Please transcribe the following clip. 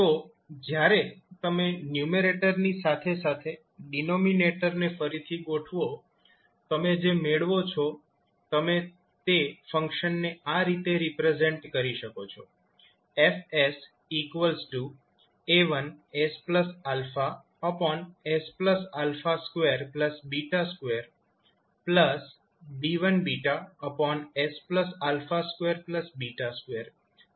તો જ્યારે તમે ન્યૂમેરેટરની સાથે સાથે ડિનોમિનેટરને ફરીથી ગોઠવો તમે જે મેળવો છો તમે તે ફંક્શનને આ રીતે રિપ્રેઝેન્ટ કરી શકો છો FA1s𝛼s𝛼2 2B1s𝛼2 2 F1